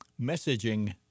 messaging